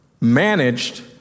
managed